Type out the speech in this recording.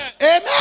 Amen